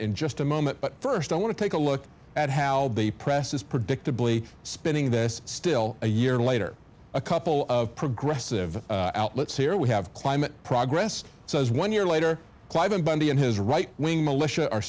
in just a moment but first i want to take a look at how the press is predictably spinning this still a year later a couple of progressive outlets here we have climate progress says one year later clive and bundy and his right wing militia are